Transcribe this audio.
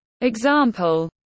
example